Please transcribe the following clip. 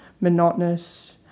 monotonous